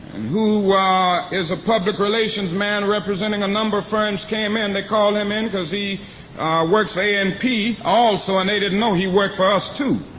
who is a public relations man representing a number of firms, came in. they called him in because he worked for a and p, also and they didn't know he worked for us, too.